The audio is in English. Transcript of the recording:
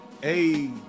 hey